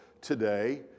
today